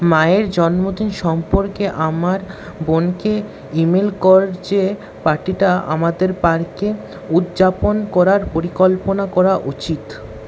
মায়ের জন্মদিন সম্পর্কে আমার বোনকে ইমেল কর যে পার্টিটা আমাদের পার্কে উদযাপন করার পরিকল্পনা করা উচিত